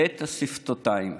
בית השפתותיים.